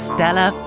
Stella